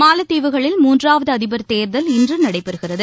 மாலத்தீவுகளில் மூன்றாவது அதிபர் தேர்தல் இன்று நடைபெறுகிறது